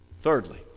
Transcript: Thirdly